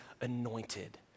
anointed